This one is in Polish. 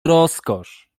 rozkosz